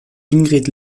ingrid